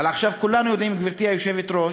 אבל עכשיו כולנו יודעים, גברתי היושבת-ראש,